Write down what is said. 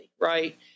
right